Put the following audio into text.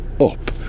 up